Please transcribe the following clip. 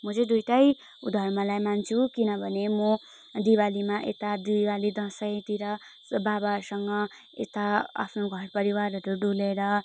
म चाहिँ दुईवटै धर्मलाई मान्छु किनभने म दिवालीमा यता दिवाली दसैँतिर बाबहरूसँग यता आफ्नो घर परिवारहरू डुलेर